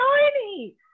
tiny